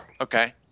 Okay